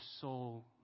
soul